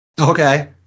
Okay